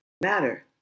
matter